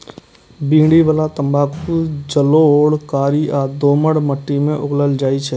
बीड़ी बला तंबाकू जलोढ़, कारी आ दोमट माटि मे उगायल जाइ छै